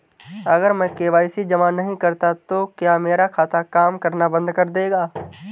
अगर मैं के.वाई.सी जमा नहीं करता तो क्या मेरा खाता काम करना बंद कर देगा?